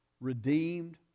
redeemed